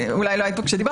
אולי לא היית פה כשדיברתי.